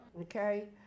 okay